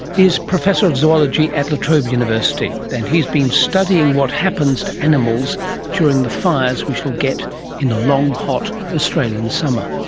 is professor of zoology at latrobe university, and he's been studying what happens to animals during the fires we shall get in a long hot australian summer.